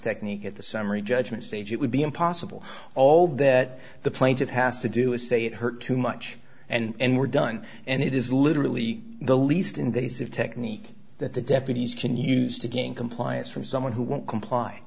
technique at the summary judgment stage it would be impossible all that the plaintiff has to do is say it hurt too much and we're done and it is literally the least invasive technique that the deputies can use to gain compliance from someone who won't comply